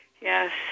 Yes